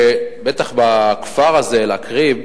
בטח בכפר הזה, אל-עראקיב,